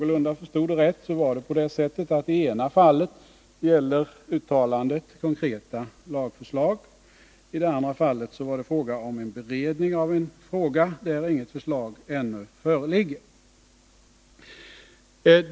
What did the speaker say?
Men om jag förstod någorlunda rätt så gällde det i det ena fallet konkreta lagförslag, och i det andra fallet rörde det sig om en beredning av en fråga där det ännu inte föreligger något förslag.